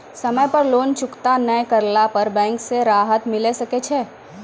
समय पर लोन चुकता नैय करला पर बैंक से राहत मिले सकय छै?